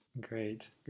Great